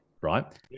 right